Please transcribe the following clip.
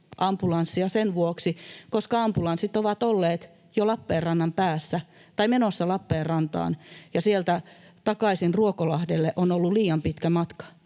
sen vuoksi, koska ambulanssit ovat olleet jo Lappeenrannan päässä tai menossa Lappeenrantaan ja sieltä takaisin Ruokolahdelle on ollut liian pitkä matka.